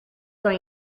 kan